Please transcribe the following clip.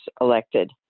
elected